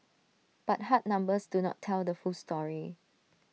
but hard numbers do not tell the full story